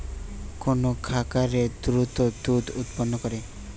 কোন খাকারে দ্রুত দুধ উৎপন্ন করে?